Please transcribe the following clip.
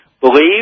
Believe